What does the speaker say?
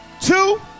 two